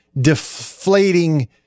deflating